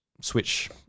Switch